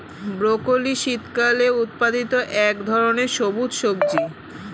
broccoli শীতকালে উৎপাদিত এক ধরনের সবুজ সবজি